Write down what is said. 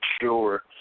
sure